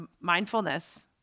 mindfulness